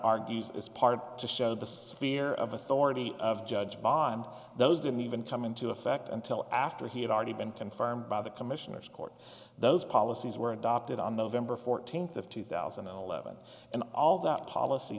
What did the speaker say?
argues is part of the show the fear of authority of judge bob and those didn't even come into effect until after he had already been confirmed by the commissioner's court those policies were adopted on november fourteenth of two thousand and eleven and all that policy